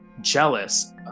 jealous